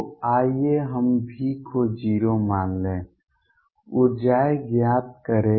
तो आइए हम V को 0 मान लें ऊर्जाएँ ज्ञात करें